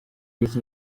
use